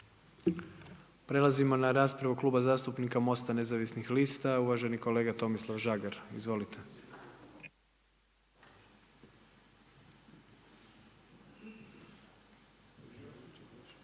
Prelazimo na raspravu Kluba zastupnika MOST-a nezavisnih lista, uvaženi kolega Tomislav Žagar. Izvolite.